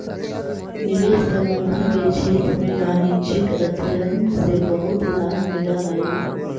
निवेश प्रबंधन के क्षेत्र में वाणिज्यिक अध्ययन से बहुत लाभ मिलऽ हई